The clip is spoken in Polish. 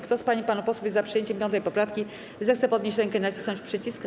Kto za pań i panów posłów jest za przyjęciem 5. poprawki, zechce podnieść rękę i nacisnąć przycisk.